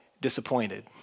disappointed